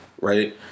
right